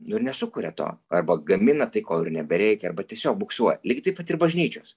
nu ir nesukuria to arba gamina tai ko ir nebereikia arba tiesiog buksuoja lygiai taip pat ir bažnyčios